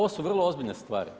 To su vrlo ozbiljne stvari.